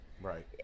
Right